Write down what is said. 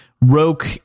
Roke